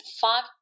five